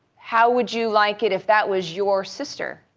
how would you like it if that was your sister?